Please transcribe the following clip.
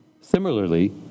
Similarly